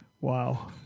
Wow